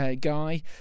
guy